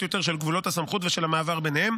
יותר של גבולות הסמכות ושל המעבר ביניהן,